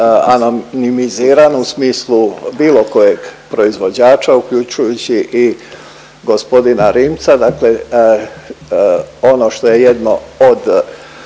anonimiziran u smislu bilo kojeg proizvođača uključujući i g. Rimca, dakle ono što je jedno od